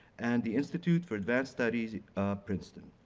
and the institute for advanced studies princeton.